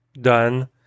done